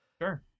sure